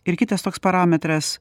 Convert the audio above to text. ir kitas toks parametras